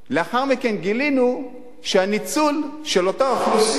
לאחר מכן גילינו שהניצול של אותה אוכלוסייה